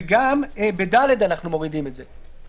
וגם בסעיף 22כה(ד) אנחנו מורידים את זה.